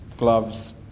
Gloves